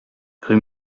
rue